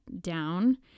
down